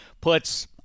puts